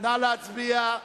נא להצביע.